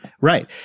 Right